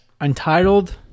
Untitled